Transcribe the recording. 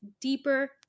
deeper